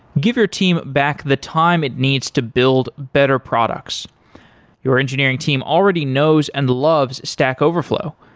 give your team back the time it needs to build better products your engineering team already knows and loves stack overflow.